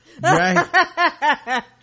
Right